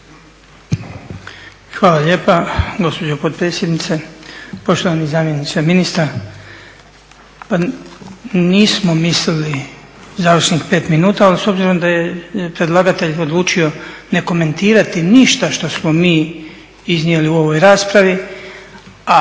Hvala lijepa gospođo potpredsjednice. Poštovani zamjeniče ministra, nismo mislili … 5 minuta, ali s obzirom da je predlagatelj odlučio ne komentirati ništa što smo mi iznijeli u ovoj raspravi, a